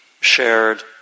shared